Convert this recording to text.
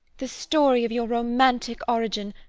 the story of your romantic origin,